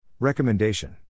Recommendation